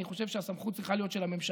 אני חושב שהסמכות צריכה להיות של הממשלה,